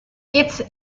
its